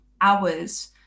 hours